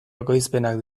ekoizpenak